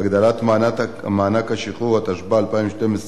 (הגדלת מענק השחרור), התשע"ב 2012,